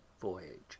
voyage